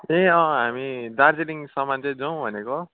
ए अँ हामी दार्जिलिङसम्म चाहिँ जाउँ भनेको